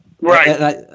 Right